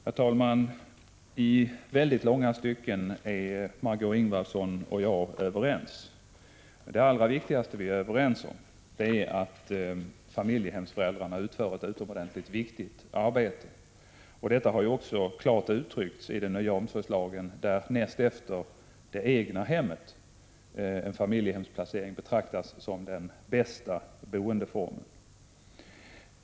Herr talman! I mycket långa stycken är Margé Ingvardsson och jag överens. Det allra viktigaste som vi är överens om är att familjehemsföräldrarna utför ett utomordentligt viktigt arbete. Det har också klart uttalats i den nya omsorgslagen. Näst efter det egna hemmet betraktas familjehemsplacering som den bästa boendeformen.